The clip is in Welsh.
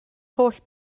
holl